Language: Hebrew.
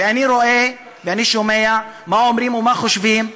ואני רואה ואני שומע מה אומרים ומה חושבים המורים.